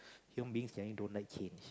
human beings generally don't like change